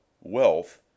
wealth